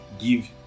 give